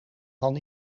van